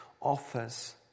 offers